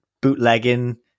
bootlegging